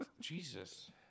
Jesus